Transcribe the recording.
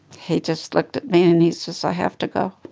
he just looked at me. and he says, i have to go.